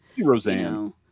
Roseanne